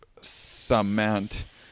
cement